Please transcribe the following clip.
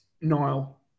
Niall